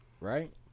Right